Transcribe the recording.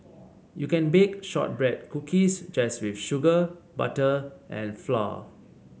you can bake shortbread cookies just with sugar butter and flour